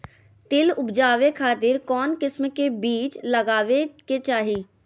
तिल उबजाबे खातिर कौन किस्म के बीज लगावे के चाही?